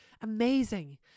amazing